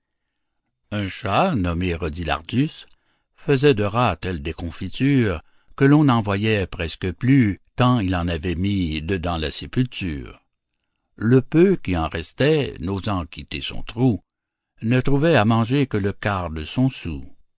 un chat nommé rodilardus faisait de rats telle déconfiture que l'on n'en voyait presque plus tant il en avait mis dedans la sépulture le peu qu'il en restait n'osant quitter son trou ne trouvait à manger que le quart de son soûl